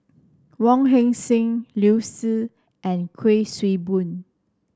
Wong Heck Sing Liu Si and Kuik Swee Boon